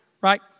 right